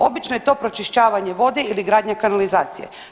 Obično je to pročišćavanje vode ili gradnja kanalizacije.